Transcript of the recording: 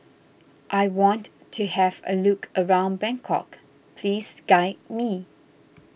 I want to have a look around Bangkok please guide me